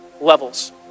levels